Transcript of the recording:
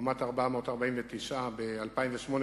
לעומת 449 ב-2008,